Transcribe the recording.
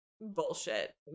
bullshit